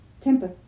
Temper